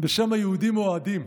בשם "היהודים אוהדים".